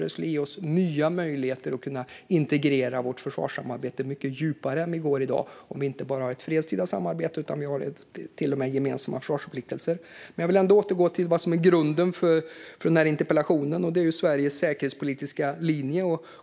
Det skulle ge oss nya möjligheter att integrera vårt försvarssamarbete mycket djupare än i dag om vi hade inte bara ett fredstida samarbete utan till och med gemensamma försvarsförpliktelser. Låt mig återgå till grunden för min interpellation, nämligen Sveriges säkerhetspolitiska linje.